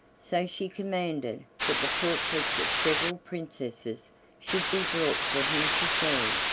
so she commanded that the portraits of several princesses should be brought for him to see,